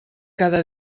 cada